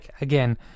again